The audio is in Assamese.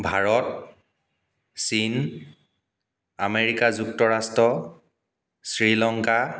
ভাৰত চীন আমেৰিকা যুক্তৰাষ্ট্ৰ শ্ৰীলংকা